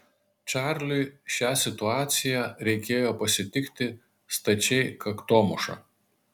čarliui šią situaciją reikėjo pasitikti stačiai kaktomuša